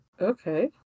Okay